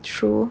true